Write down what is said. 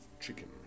chicken